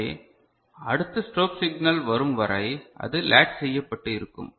எனவே அடுத்த strobe signal வரும் வரை அது லேட்ச் செய்யப்பட்டு இருக்கும்